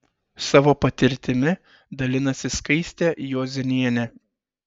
savo patirtimi dalinasi skaistė juozėnienė